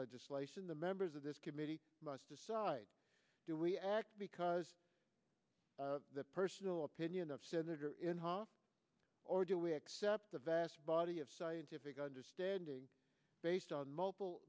legislation the members of this committee must decide do we act because of the personal opinion of senator inhofe or do we accept the vast body of scientific understanding based on multiple